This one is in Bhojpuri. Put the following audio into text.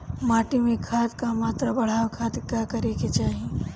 माटी में खाद क मात्रा बढ़ावे खातिर का करे के चाहीं?